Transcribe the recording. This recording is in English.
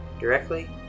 Directly